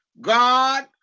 God